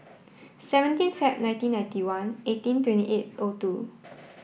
seventeen Feb nineteen ninety one eighteen twenty eight o two